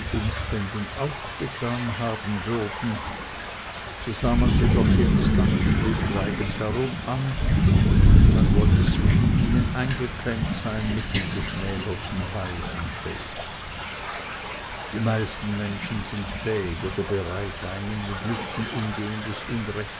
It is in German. umständen auch getan haben würden so sah man sie doch jetzt stillschweigend darum an und niemand wollte zwischen ihnen eingeklemmt sein mit dem geschmälerten waisenfelde die meisten menschen sind fähig oder bereit ein in den lüften umgehendes